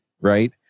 right